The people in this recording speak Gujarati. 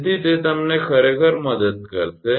તેથી તે તમને ખરેખર મદદ કરશે